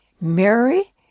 Mary